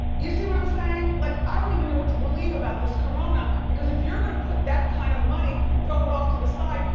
you see what i'm saying? like i don't even know what to believe about this corona because if you're gonna put that kind of money, throw it off to the side.